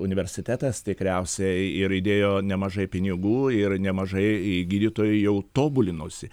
universitetas tikriausiai ir įdėjo nemažai pinigų ir nemažai gydytojai jau tobulinosi